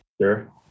Sure